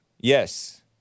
Yes